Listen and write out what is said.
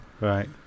Right